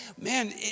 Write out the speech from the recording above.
man